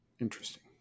Interesting